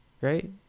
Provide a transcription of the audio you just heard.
right